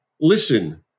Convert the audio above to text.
listen